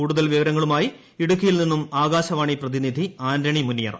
കൂടുതൽ വിവരങ്ങളുമായി ഇടുക്കിയിൽ നിന്നും ആകാശവാണി പ്രതിനിധി ആന്റണി മുനിയറ